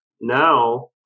Now